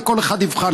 וכל אחד יבחר.